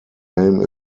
name